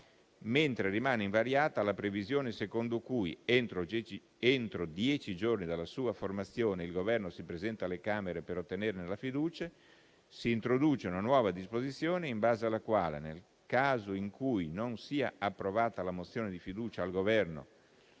Mentre rimane invariata la previsione secondo cui, entro dieci giorni dalla sua formazione, il Governo si presenta alle Camere per ottenerne la fiducia, si introduce una nuova disposizione in base alla quale, nel caso in cui non sia approvata la mozione di fiducia al Governo